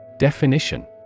Definition